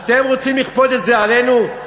אתם רוצים לכפות את זה עלינו?